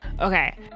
Okay